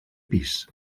pis